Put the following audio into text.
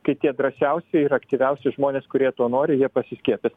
kai tie drąsiausi ir aktyviausius žmonės kurie to nori jie pasiskiepys